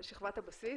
שכבת הבסיס,